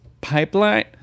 pipeline